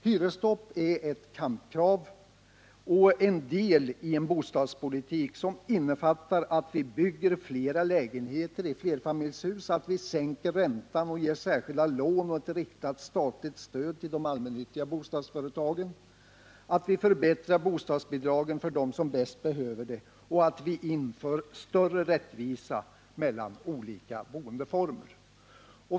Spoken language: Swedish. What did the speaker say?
Hyresstopp är ett kampkrav och en del i en bostadspolitik som innefattar att vi bygger fler lägenheter i flerfamiljshus, att vi sänker räntan och ger särskilda lån och ett riktat statligt stöd till de allmännyttiga bostadsföretagen, att vi förbättrar bostadsbidragen för dem som bäst behöver det och att vi skapar större rättvisa mellan olika boendeformer.